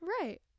Right